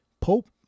Pope